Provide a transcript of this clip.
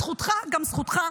זכותך גם זכותך,